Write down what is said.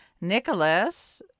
Nicholas